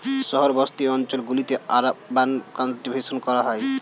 শহর বসতি অঞ্চল গুলিতে আরবান কাল্টিভেশন করা হয়